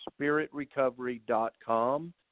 spiritrecovery.com